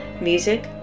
Music